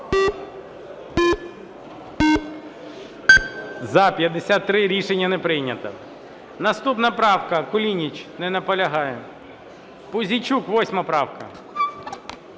За-53 Рішення не прийнято. Наступна правка, Кулініч. Не наполягає. Пузійчук, 8 правка.